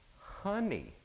honey